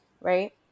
right